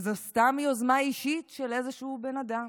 וזו סתם יוזמה אישית של איזשהו בן אדם.